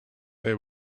they